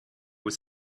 was